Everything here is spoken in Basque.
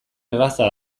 erraza